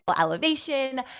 elevation